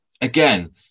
again